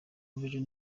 vision